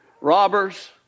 Robbers